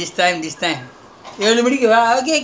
you can make you can ask the guys to